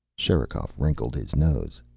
sherikov wrinkled his nose.